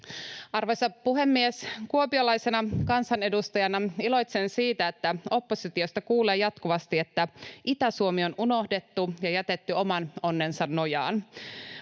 Arvoisa puhemies! Kuopiolaisena kansanedustajana iloitsen siitä, että oppositiosta kuulee jatkuvasti, että Itä-Suomi on unohdettu ja jätetty oman onnensa nojaan.